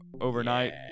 Overnight